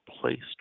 placed